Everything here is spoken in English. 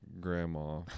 grandma